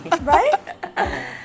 Right